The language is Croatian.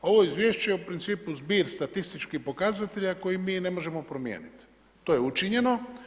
Ovo izvješće je u principu zbir statističkih pokazatelja koje mi ne možemo promijeniti, to je učinjeno.